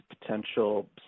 potential